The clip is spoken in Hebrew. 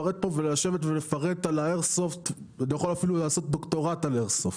לשבת ולפרט פה על האיירסופט ואני יכול אפילו לעשות דוקטורט על איירסופט.